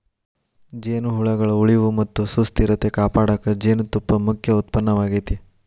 ಜೇನುಹುಳಗಳ ಉಳಿವು ಮತ್ತ ಸುಸ್ಥಿರತೆ ಕಾಪಾಡಕ ಜೇನುತುಪ್ಪ ಮುಖ್ಯ ಉತ್ಪನ್ನವಾಗೇತಿ